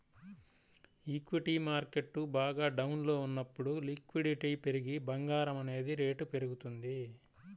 equity market బాగా డౌన్లో ఉన్నప్పుడు లిక్విడిటీ పెరిగి బంగారం అనేది రేటు పెరుగుతుంది